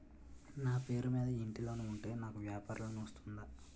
నా పేరు మీద ఇంటి లోన్ ఉంటే నాకు వ్యాపార లోన్ వస్తుందా?